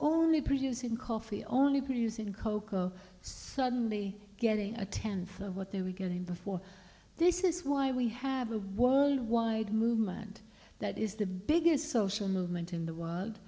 only producing coffee only producing cocoa suddenly getting a tenth of what they were getting before this is why we have a wide movement that is the biggest social movement in the world